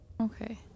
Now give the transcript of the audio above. Okay